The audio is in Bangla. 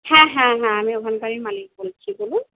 হ্যাঁ হ্যাঁ হ্যাঁ আমি ওখানকারই মালিক বলছি বলুন